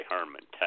Herman